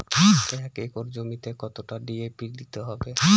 এক একর জমিতে কতটা ডি.এ.পি দিতে হবে?